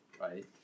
right